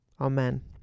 Amen